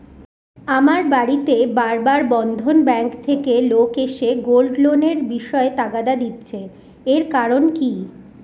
আমার বাড়িতে বার বার বন্ধন ব্যাংক থেকে লোক এসে গোল্ড লোনের বিষয়ে তাগাদা দিচ্ছে এর কারণ কি?